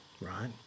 right